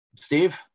Steve